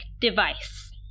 device